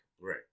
Right